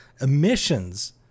emissions